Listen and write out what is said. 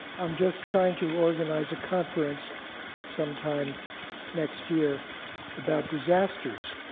i'm just trying to organize a conference sometime next year about disasters.